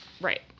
Right